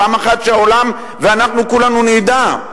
פעם אחת שהעולם ואנחנו כולנו נדע.